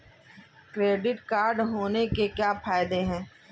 Credit card होने के क्या फायदे हैं?